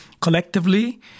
collectively